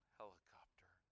helicopter